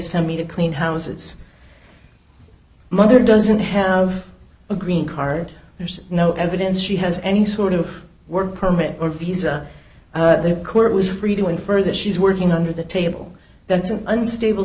send me to clean houses mother doesn't have a green card there's no evidence she has any thought of work permit or visa the court was free to infer that she's working under the table that's an unstable